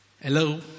Hello